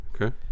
Okay